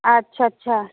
अच्छा अच्छा